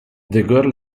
girl